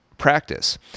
practice